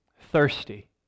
thirsty